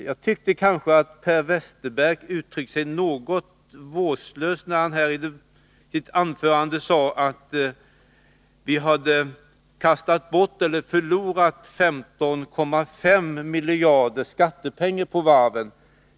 Jag tyckte att Per Westerberg uttryckte sig något vårdslöst när han i sitt anförande sade att vi hade förlorat 15,5 miljarder kronor i skattepengar på varven.